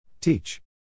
Teach